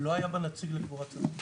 לא היה בה אף נציג לקבורת שדה.